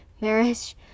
Marish